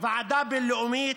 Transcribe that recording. ועדה בין-לאומית,